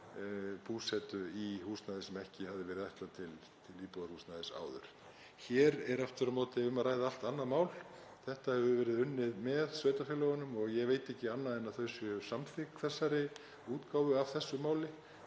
búsetu í húsnæði sem ekki hafði verið ætlað til íbúðarhúsnæðis áður. Hér er aftur á móti um að ræða allt annað mál. Þetta hefur verið unnið með sveitarfélögunum og ég veit ekki annað en að þau séu samþykk þessari útgáfu af þessu máli.